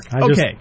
Okay